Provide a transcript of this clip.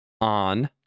on